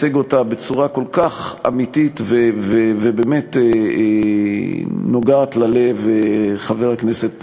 ייצג אותה בצורה כל כך אמיתית ובאמת נוגעת ללב חבר הכנסת מוזס.